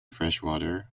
freshwater